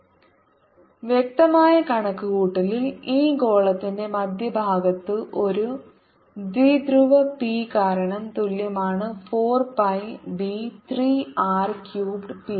E P30 P030 zEoutside EinsideEoutside P030 z വ്യക്തമായ കണക്കുകൂട്ടലിൽ ഈ ഗോളത്തിന്റെ മധ്യഭാഗത്ത് ഒരു ദ്വിധ്രുവ പി കാരണം തുല്യമാണ് 4 pi by 3 R cubed P